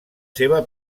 seva